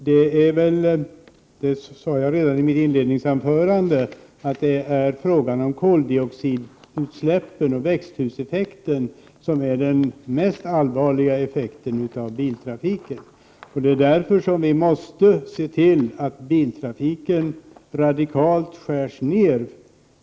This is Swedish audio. Herr talman! Som jag sade redan i mitt inledningsanförande är det koldioxidutsläppen och växthuseffekten som är de allvarligaste effekterna av biltrafiken. Det är därför vi måste se till att biltrafiken radikalt skärs ned.